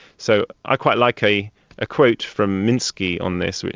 so i quite like a ah quote from minsky on this,